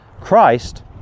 christ